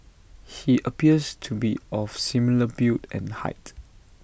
he appears to be of similar build and height